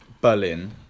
Berlin